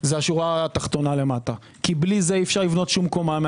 זו השורה התחתונה כי בלי זה אי אפשר לבנות משהו מעל.